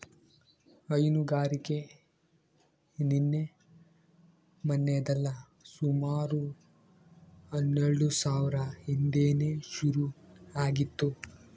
ಹೈನುಗಾರಿಕೆ ನಿನ್ನೆ ಮನ್ನೆದಲ್ಲ ಸುಮಾರು ಹನ್ನೆಲ್ಡು ಸಾವ್ರ ಹಿಂದೇನೆ ಶುರು ಆಗಿತ್ತು